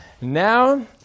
now